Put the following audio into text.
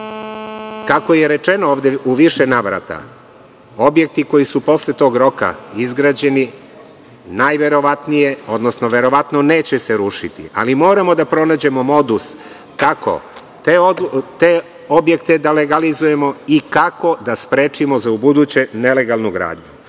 Kako je rečeno ovde u više navrata, objekti koji su posle tog roka izgrađeni najverovatnije, odnosno verovatno se neće rušiti, ali moramo da pronađemo modus kako te objekte da legalizujemo i kako da sprečimo ubuduće nelegalnu gradnju. Sada